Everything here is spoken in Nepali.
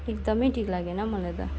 एकदमै ठिक लागेन मलाई त